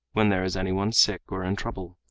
when there is any one sick or in trouble.